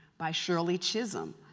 by shirley chisholm,